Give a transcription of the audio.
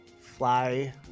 fly